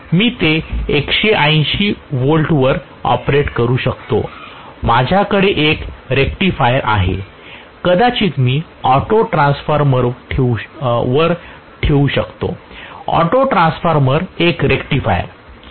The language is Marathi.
मी ते 180 V वर ऑपरेट करू शकते माझ्याकडे एक रेक्टिफायर आहे कदाचित मी ऑटोट्रान्सफॉर्मर ठेवू शकतो ऑटोट्रांसफॉर्मर एक रिक्टिफायर